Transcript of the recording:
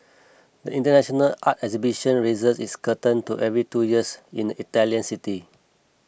the international art exhibition raises its curtain to every two years in the Italian city